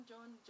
John